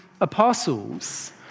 apostles